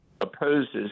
opposes